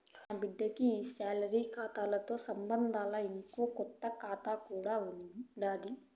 నాబిడ్డకి ఈ సాలరీ కాతాతో సంబంధంలా, ఇంకో కొత్త కాతా కూడా ఉండాది